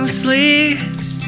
sleeves